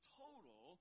total